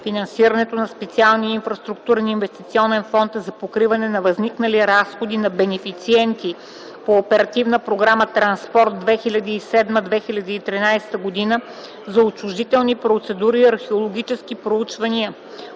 Финансирането на Специалния инфраструктурен инвестиционен фонд е за покриване на възникнали разходи на бенефициентите по Оперативна програма „Транспорт 2007-2013 г.” за отчуждителни процедури и археологически проучвания.